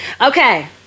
Okay